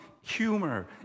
humor